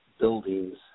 buildings